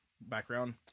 background